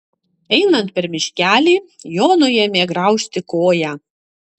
einant per miškelį jonui ėmė graužti koją